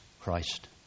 Christ